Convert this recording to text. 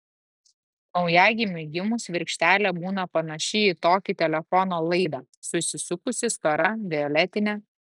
naujagimiui gimus virkštelė būna panaši į tokį telefono laidą susisukusi stora violetinė